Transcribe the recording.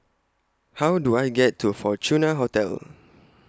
How Do I get to Fortuna Hotel